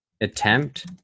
attempt